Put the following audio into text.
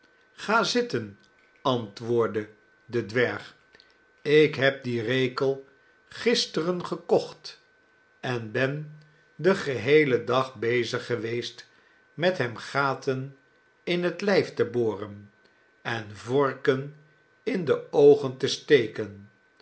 ga zitten antwoordde de dwerg ik heb dien rekel gisteren gekocht en ben den geheelen dag bezig geweest met hem gaten in het lijf te boren en vorken in de oogen te steken